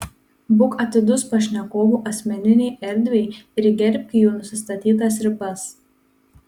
būk atidus pašnekovų asmeninei erdvei ir gerbki jų nusistatytas ribas